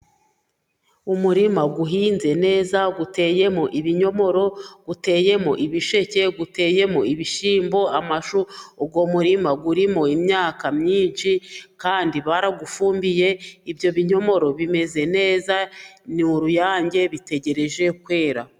Umurima uhinze neza uteyemo ibinyomoro uteyemo ibisheke uteyemo ibishyimbo, amashu uwo murima urimo imyaka myinshi kandi barawufumbiye ibyo binyomoro bimeze neza ni uruyange bitegereje kwera.